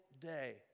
day